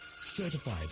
Certified